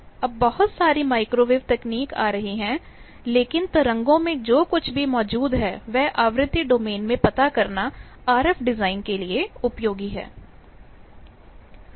अब बहुत सारी माइक्रोवेव तकनीक आ रही हैं लेकिन तरंगों में जो कुछ भी मौजूद है वह आवृत्ति डोमेन में पता करना आरएफ डिजाइन के लिए उपयोगी है